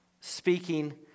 speaking